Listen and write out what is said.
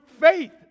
faith